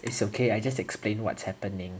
it's okay I just explain what's happening